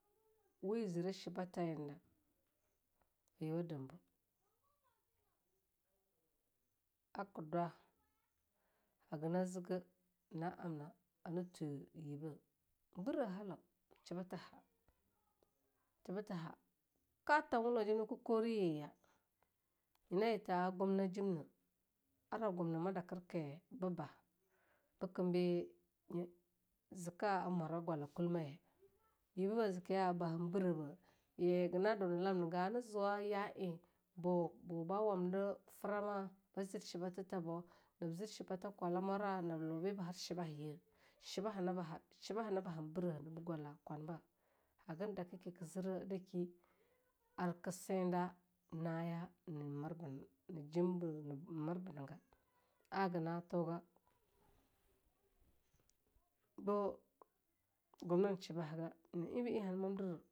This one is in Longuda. Wi zira shibatayi nida, yuwa dabah, aka dwa haga na ziga na'amna ana twe yiba birah halou shibata ha, shibata ha, ka tam walwa jim naka kori yiyya nyina yi ta'a gumnina jima na, ara gumina ma dakir ki bibah? bikam bi zika mwara gwala kulmah ye. yibiba zikiya ba han biraba, yi haga na duna lam niga hana zuwa ya eh buba wam di frama ba zir shibatita bo, na zir shibata kwala mwara nab lu biba har shibahaye, shibaha na ba han bira ha ba gwala kwamba. hagan daka kika zire a daki ar ka sinda naya na jimba, namirba naga a gina tuga gumnin shibaha naga.